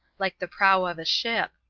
like the prow of a ship.